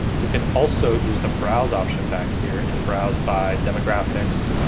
you can also use the browse option back here and browse by demographics,